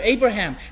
Abraham